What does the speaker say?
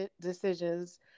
decisions